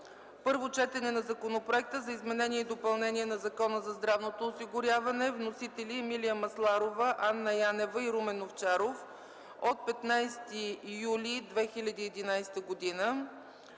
Първо четене на Законопроекта за изменение и допълнение на Закона за здравното осигуряване. Вносители: Емилия Масларова, Анна Янева и Румен Овчаров от 15 юли 2011 г.